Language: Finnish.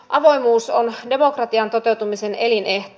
avoimuus on demokratian toteutumisen elinehto